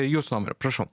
jūsų prašau